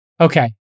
Okay